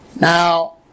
Now